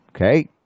okay